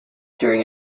during